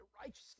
righteousness